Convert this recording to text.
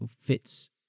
fits